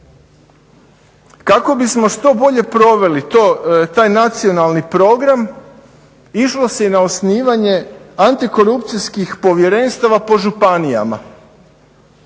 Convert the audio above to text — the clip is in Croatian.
Kako bi smo što bolje proveli taj nacionalni program išlo se i na osnivanje antikorupcijskih povjerenstava po županijama